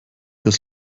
das